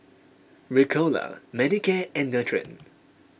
Ricola Manicare and Nutren